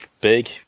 big